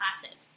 classes